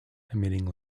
emitting